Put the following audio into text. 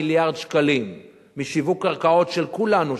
העברנו 8 מיליארד שקלים משיווק קרקעות של כולנו,